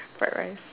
fried rice